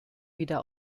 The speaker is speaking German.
wieder